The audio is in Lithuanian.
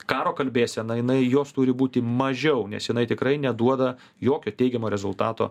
karo kalbėsena jinai jos turi būti mažiau nes jinai tikrai neduoda jokio teigiamo rezultato